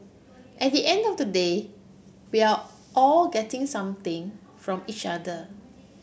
at the end of the day we're all getting something from each other